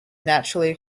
naturally